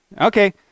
Okay